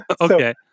okay